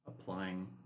Applying